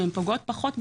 שפוגעות פחות בזכויות,